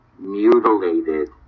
Mutilated